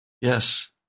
yes